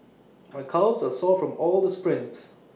my calves are sore from all the sprints